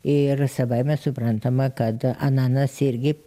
ir savaime suprantama kad ananas irgi